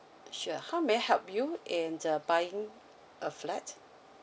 sure how may I help you in uh buying a flat